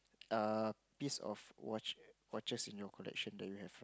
uh piece of watch watches in your collection that you have